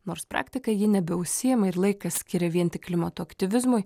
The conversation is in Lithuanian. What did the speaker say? nors praktika ji nebeužsiima ir laiką skiria vien tik klimato aktyvizmui